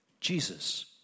Jesus